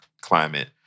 climate